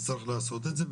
אז צריך לעשות את זה,